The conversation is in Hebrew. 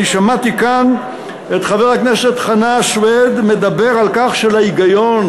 אני שמעתי כאן את חבר הכנסת חנא סוייד מדבר על כך שההיגיון